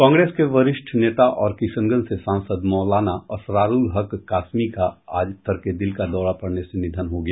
कांग्रेस के वरिष्ठ नेता और किशनगंज से सांसद मौलाना असरारुल हक कासमी का आज तड़के दिल का दौरा पड़ने से निधन हो गया